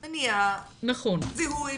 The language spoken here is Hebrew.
מניעה, זיהוי